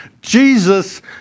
Jesus